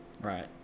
Right